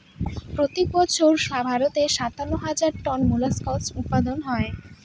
প্রত্যেক বছর ভারতে সাতান্ন হাজার টন মোল্লাসকস উৎপাদন হয়